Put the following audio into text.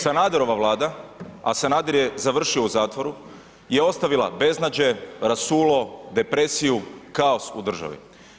Sanaderova Vlada, a Sanader je završio u zatvoru, je ostavila beznađe, rasulo, depresiju, kaos u državi.